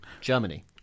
Germany